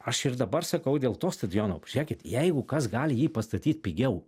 aš ir dabar sakau dėl to stadiono pažiūrėkit jeigu kas gali jį pastatyt pigiau